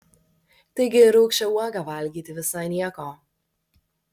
taigi ir rūgščią uogą valgyti visai nieko